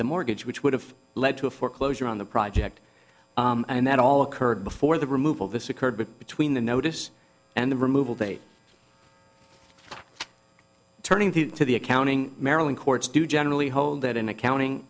the mortgage which would have led to a foreclosure on the project and that all occurred before the removal this occurred between the notice and the removal date turning to the accounting marilyn courts do generally hold that in accounting